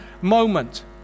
moment